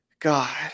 god